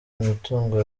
imitungo